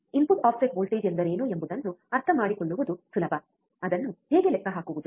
input offset voltage ಎಂದರೇನು ಎಂಬುದನ್ನು ಅರ್ಥಮಾಡಿಕೊಳ್ಳುವುದು ಸುಲಭ ಅದನ್ನು ಹೇಗೆ ಲೆಕ್ಕ ಹಾಕುವುದು